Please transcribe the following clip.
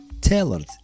tailored